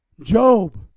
Job